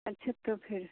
अच्छा तो फिर